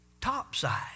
topside